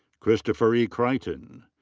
christopher e. creighton.